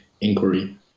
inquiry